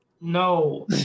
no